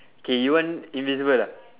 K you want invisible ah